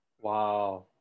Wow